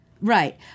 Right